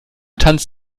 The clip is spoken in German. tanz